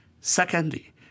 Secondly